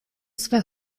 zwei